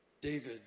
David